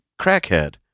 Crackhead